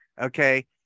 okay